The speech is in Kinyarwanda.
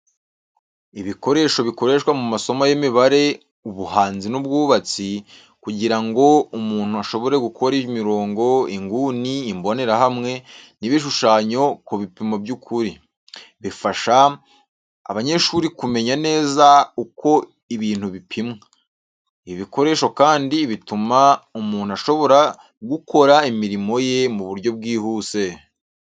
Ibikoresho bikoreshwa mu masomo y'imibare, ubuhanzi n'ubwubatsi, kugira ngo umuntu ashobore gukora imirongo, inguni, imbonerahamwe, n’ibishushanyo ku bipimo by'ukuri. Bifasha abanyeshuri kumenya neza uko ibintu bipimwa. Ibi bikoresho kandi bituma umuntu ashobora gukora imirimo ye mu buryo bwihuse.